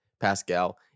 Pascal